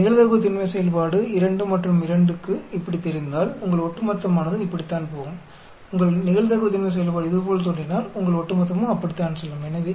உங்கள் நிகழ்தகவு திண்மை செயல்பாடு 2 மற்றும் 2 க்கு இப்படித் தெரிந்தால் உங்கள் ஒட்டுமொத்தமானது இப்படித்தான் போகும் உங்கள் நிகழ்தகவு திண்மை செயல்பாடு இதுபோல் தோன்றினால் உங்கள் ஒட்டுமொத்தமும் அப்படித்தான் செல்லும்